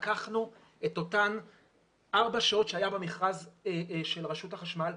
לקחנו את אותן ארבע שעות שהיו במכרז של רשות החשמל,